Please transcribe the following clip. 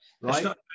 right